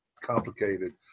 complicated